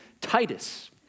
Titus